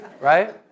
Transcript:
right